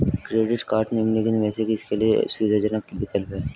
Credit cards निम्नलिखित में से किसके लिए सुविधाजनक विकल्प हैं?